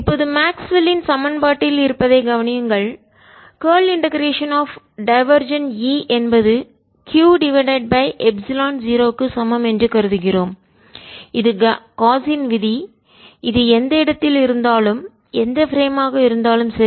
இப்போது மேக்ஸ்வெல்லின் சமன்பாட்டில் இருப்பதை கவனியுங்கள் curl integration of divergent E என்பது q டிவைடட் பை எப்சிலன் 0 க்கு சமம் என்று கருதுகிறோம் இது காஸின் விதி இது எந்த இடத்தில் இருந்தாலும் எந்த பிரேம் ஆக சட்டகமாக இருந்தாலும் சரி